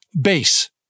Base